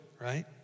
right